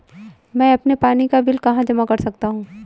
मैं अपने पानी का बिल कहाँ जमा कर सकता हूँ?